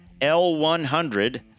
L100